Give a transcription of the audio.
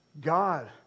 God